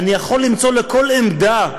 אני יכול למצוא לכל עמדה,